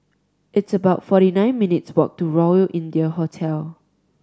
it's about forty nine minutes' walk to Royal India Hotel